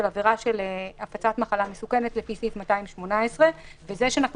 של עבירה של הפצת מחלה מסוכנת לפי סעיף 218. זה שאנחנו